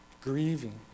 grieving